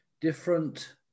different